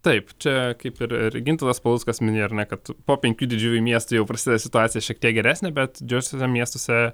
taip čia kaip ir ir gintautas paluckas minėjo ar ne kad po penkių didžiųjų miestų jau prasideda situacija šiek tiek geresnė bet didžiuosiuose miestuose